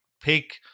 pick